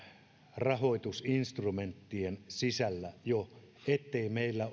rahoitusinstrumenttien sisällä jo ettei meillä